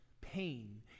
pain